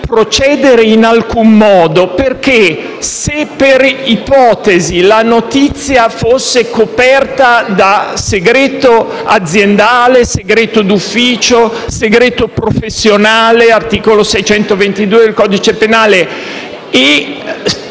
in alcun modo. Infatti, se per ipotesi la notizia fosse coperta da segreto aziendale, d'ufficio o professionale (articolo 622 del codice penale) e